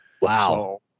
Wow